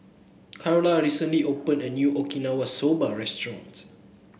Karla recently opened a new Okinawa Soba Restaurant